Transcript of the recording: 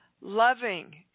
loving